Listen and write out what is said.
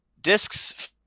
discs